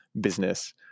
business